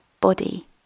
body